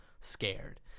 scared